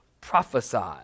prophesied